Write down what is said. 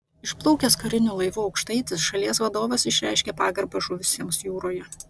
išplaukęs kariniu laivu aukštaitis šalies vadovas išreiškė pagarbą žuvusiems jūroje